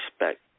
respect